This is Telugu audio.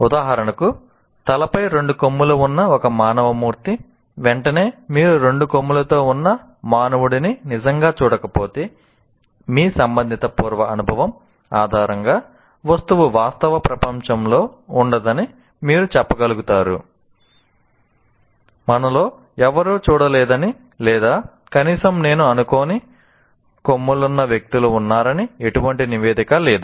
ఉదాహరణకు తలపై రెండు కొమ్ములు ఉన్న ఒక మానవ మూర్తి వెంటనే మీరు రెండు కొమ్ములతో ఉన్న మానవుడిని నిజంగా చూడకపోతే మీ సంబంధిత పూర్వ అనుభవం ఆధారంగా వస్తువు వాస్తవ ప్రపంచంలో ఉండదని మీరు చెప్పగలుగుతారు మనలో ఎవ్వరూ చూడలేదని లేదా కనీసం నేను అనుకోను కొమ్ములున్న వ్యక్తులు ఉన్నారని ఎటువంటి నివేదిక లేదు